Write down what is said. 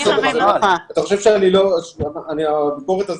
יושבת-ראש הוועדה אמרה מקודם שכאילו האומנים יכולים לירוק למרחק